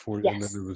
Yes